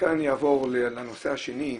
מכאן אני אעבור לנושא השני,